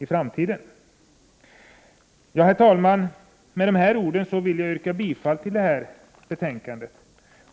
Herr talman! Med dessa ord yrkar jag bifall till utskottets hemställan.